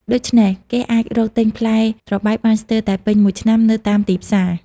ដូច្នេះ គេអាចរកទិញផ្លែត្របែកបានស្ទើរតែពេញមួយឆ្នាំនៅតាមទីផ្សារ។